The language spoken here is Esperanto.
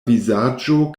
vizaĝo